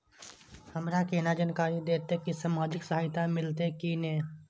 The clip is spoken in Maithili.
हमरा केना जानकारी देते की सामाजिक सहायता मिलते की ने?